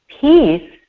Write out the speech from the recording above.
peace